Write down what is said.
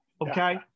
okay